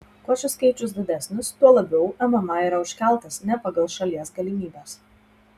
kuo šis skaičius didesnis tuo labiau mma yra užkeltas ne pagal šalies galimybes